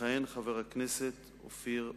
יכהן חבר הכנסת אופיר פז-פינס.